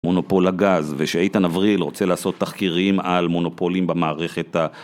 מונופול הגז, ושאיתן אבריל רוצה לעשות תחקירים על מונופולים במערכת ה...